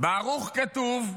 בערוך כתוב,